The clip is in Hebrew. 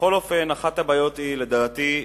בכל אופן, אחת הבעיות היא, לדעתי,